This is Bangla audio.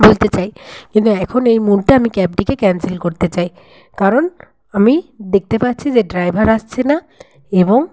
বলতে চাই কিন্তু এখন এই মুহূর্তে আমি ক্যাবটিকে ক্যানসেল করতে চাই কারণ আমি দেখতে পাচ্ছি যে ড্রাইভার আসছে না এবং